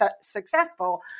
successful